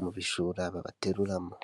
mu bijura babateruramo.